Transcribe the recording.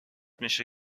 میشه